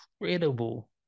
incredible